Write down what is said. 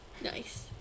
Nice